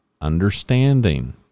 understanding